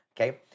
okay